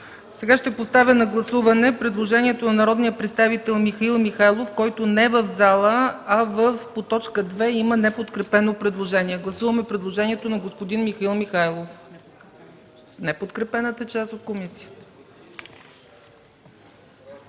Сега ще поставя на гласуване предложението на народния представител Михаил Михайлов, който не е в залата, а по т. 2 има неподкрепено предложение. Гласуваме предложението на господин Михаил Михайлов в неподкрепената му част от комисията.